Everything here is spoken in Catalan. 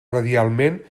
radialment